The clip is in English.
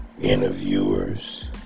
Interviewers